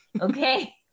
Okay